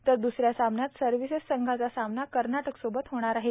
तर दुसऱ्या सामन्यात सर्विसेस संघाचा सामना कर्नाटकासोबत होणार आहे